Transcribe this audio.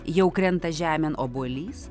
jau krenta žemėn obuolys